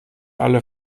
alle